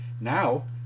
Now